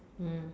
mm